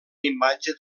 imatge